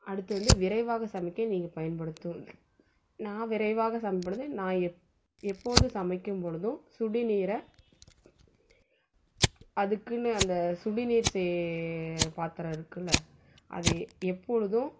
அடுத்து வந்து விரைவாக சமைக்க நீங்கள் பயன்படுத்தும் நான் விரைவாக சமைக்கும்பொழுது நான் எப் எப்போதும் சமைக்கும்பொழுதும் சுடுநீரை அதுக்குன்னு அந்த சுடுநீர் செய் பாத்திரம் இருக்குல்ல அதை எப்பொழுதும்